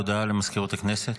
הודעה לסגנית מזכיר הכנסת.